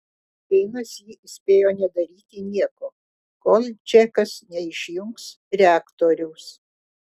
keinas jį įspėjo nedaryti nieko kol džekas neišjungs reaktoriaus